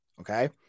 Okay